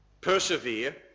persevere